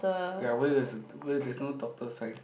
ya why there's a why there's no doctor sign